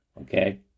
Okay